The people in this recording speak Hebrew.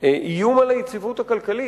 איום על היציבות הכלכלית.